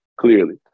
clearly